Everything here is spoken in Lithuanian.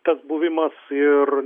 tas buvimas ir